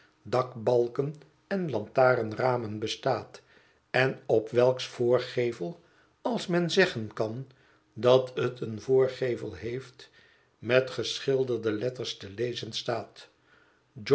dakbalken en lantarenramen bestaat en op welks voorgevel als men zeggen kan dat het een voorgevel heeft met geschilderde letters te lezen staat